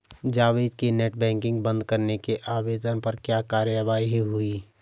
जावेद के net banking बंद करने के आवेदन पर क्या कार्यवाही हुई?